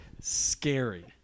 scary